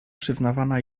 przyznawana